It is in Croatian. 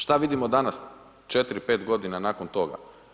Šta vidimo danas 4-5 godina nakon toga?